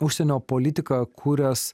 užsienio politiką kūręs